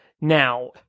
Now